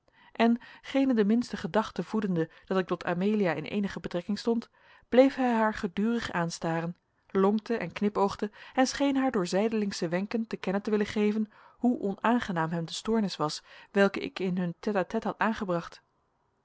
en geene de minste gedachte voedende dat ik tot amelia in eenige betrekking stond bleef hij haar gedurig aanstaren lonkte en knipoogde en scheen haar door zijdelingsche wenken te kennen te willen geven hoe onaangenaam hem de stoornis was welke ik in hun tête a tête had aangebracht